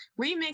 Remix